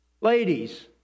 Ladies